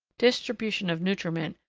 distribution of nutriment,